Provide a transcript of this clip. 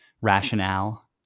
rationale